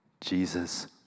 Jesus